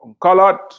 colored